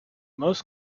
most